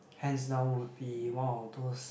hands down would be one of those